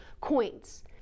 coins